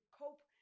cope